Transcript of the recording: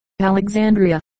Alexandria